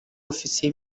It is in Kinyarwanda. ofisiye